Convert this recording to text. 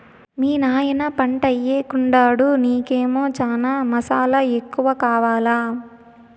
మీ నాయన పంటయ్యెకుండాడు నీకేమో చనా మసాలా ఎక్కువ కావాలా